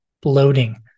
bloating